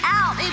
out